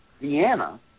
Vienna